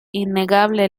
innegable